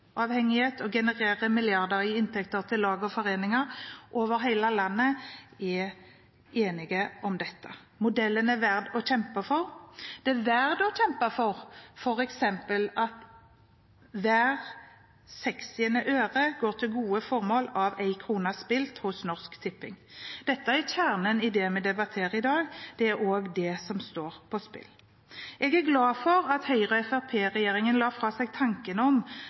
avhengighet og genererer milliarder i inntekter til lag og foreninger over hele landet. Modellen er verdt å kjempe for. Det er verdt å kjempe for at f.eks. hvert sekstiende øre av penger spilt hos Norsk Tipping, går til gode formål. Dette er kjernen i det vi debatterer i dag, det er også det som står på spill. Jeg er glad for at Høyre–Fremskrittsparti-regjeringen la fra seg tanken om